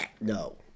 No